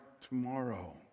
tomorrow